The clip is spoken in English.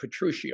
Petruccio